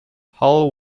hull